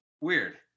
weird